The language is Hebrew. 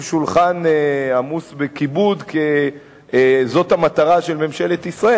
שולחן עמוס בכיבוד כמטרת ממשלת ישראל.